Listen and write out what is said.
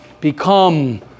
become